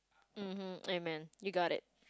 mm mm amen you got it